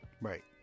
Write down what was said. Right